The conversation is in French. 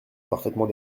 parfaitement